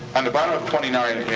on the bottom of twenty nine,